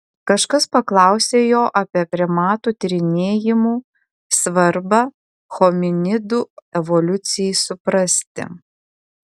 kažkas paklausė jo apie primatų tyrinėjimų svarbą hominidų evoliucijai suprasti